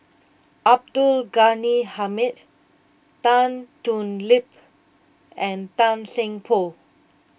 Abdul Ghani Hamid Tan Thoon Lip and Tan Seng Poh